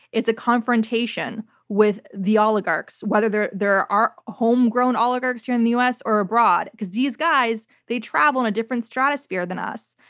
it's a confrontation with the oligarchs, whether they're they're our homegrown oligarchs here in the us, or abroad. because these guys travel in a different stratosphere than us.